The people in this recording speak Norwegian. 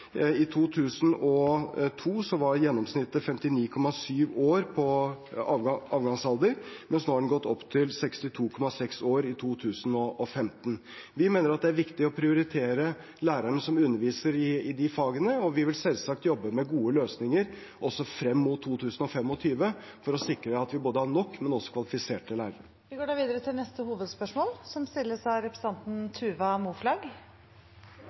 I 2002 var gjennomsnittet 59,7 år på avgangsalder, mens nå har den gått opp til 62,6 år i 2015. Vi mener at det er viktig å prioritere lærerne som underviser i disse fagene, og vi vil selvsagt jobbe med gode løsninger også frem mot 2025 for å sikre at vi både har nok og også kvalifiserte lærere. Vi går videre til neste hovedspørsmål, som